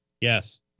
Yes